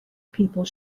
people